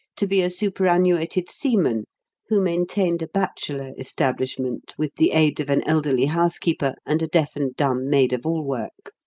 to be a superannuated seaman who maintained a bachelor establishment with the aid of an elderly housekeeper and a deaf-and-dumb maid of all work.